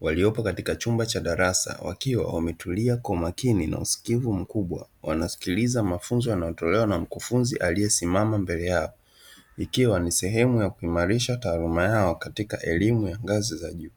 waliopo katika chumba cha darasa, wakiwa wametulia kwa umakini na usikivu mkubwa, wanasikiliza mafunzo yanayotolewa na mkufunzi aliyesimama mbele yao. Ikiwa ni sehemu ya kuimarisha taaluma yao katika elimu ya ngazi za juu.